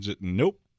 nope